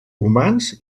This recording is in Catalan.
humans